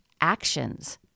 actions